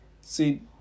see